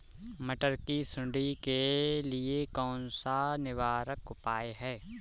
मटर की सुंडी के लिए कौन सा निवारक उपाय है?